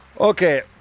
Okay